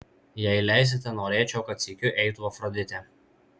jei leisite norėčiau kad sykiu eitų afroditė